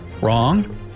Wrong